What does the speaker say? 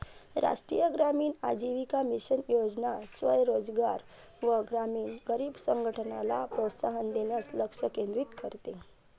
राष्ट्रीय ग्रामीण आजीविका मिशन योजना स्वयं रोजगार व ग्रामीण गरीब संघटनला प्रोत्साहन देण्यास लक्ष केंद्रित करते